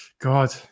God